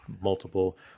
multiple